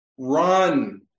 Run